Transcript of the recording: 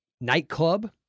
nightclub